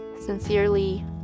Sincerely